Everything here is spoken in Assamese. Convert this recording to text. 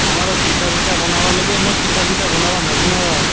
আমাৰো পিঠা চিঠা বনাবা লাগে মই পিঠা চিঠা বনাবা নাজনো ৰ'